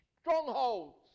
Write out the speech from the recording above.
strongholds